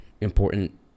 important